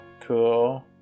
Cool